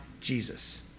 Jesus